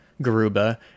Garuba